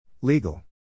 Legal